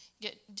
get